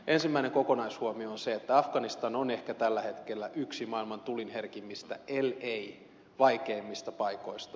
ensimmäinen kokonaishuomio on se että afganistan on ehkä tällä hetkellä yksi maailman tuliherkimmistä ellei vaikeimmista paikoista